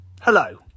Hello